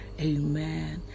Amen